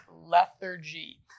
lethargy